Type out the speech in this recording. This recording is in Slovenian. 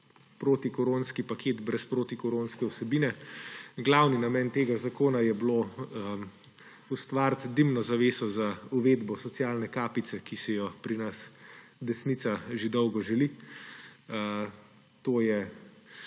protikoronski paket brez protikoronske vsebine. Glavni namen tega zakona je bilo ustvariti dimno zaveso za uvedbo socialne kapice, ki si jo pri nas desnica že dolgo želi. To je